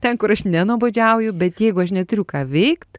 ten kur aš nenuobodžiauju bet jeigu aš neturiu ką veikt